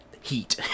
heat